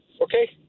Okay